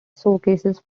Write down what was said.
showcases